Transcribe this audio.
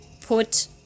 put